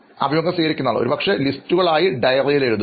അഭിമുഖം സ്വീകരിക്കുന്നയാൾ ഒരുപക്ഷേ ലിസ്റ്റുകൾ ആയി ഡയറിയിൽ എഴുതും